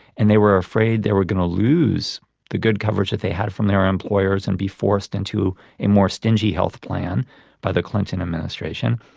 and they were afraid they were going to lose the good coverage that they had from their employers and be forced into a more stingy health plan by the clinton administration.